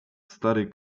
stary